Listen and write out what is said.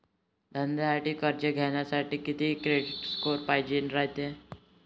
धंद्यासाठी कर्ज घ्यासाठी कितीक क्रेडिट स्कोर पायजेन रायते?